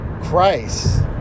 Christ